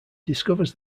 discovers